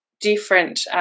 different